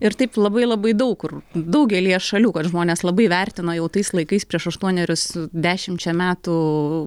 ir taip labai labai daug kur daugelyje šalių kad žmonės labai vertino jau tais laikais prieš aštuonerius dešimčia metų